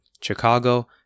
Chicago